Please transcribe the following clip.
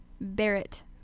Barrett